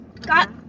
got